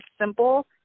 simple